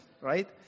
right